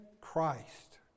Christ